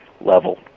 level